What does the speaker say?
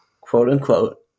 quote-unquote